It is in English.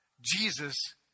Jesus